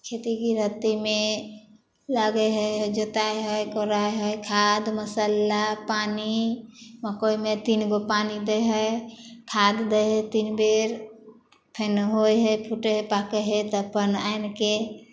खेती गृहस्तीमे लागै हइ जोताइ हइ कोराइ हइ खाद मसल्ला पानि मकइमे तीनगो पानि दै हइ खाद दै हइ तीन बेर फेर होइ हइ फूटै हइ पाकै हइ तऽ अपन आनिके